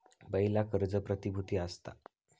पयला कर्ज प्रतिभुती असता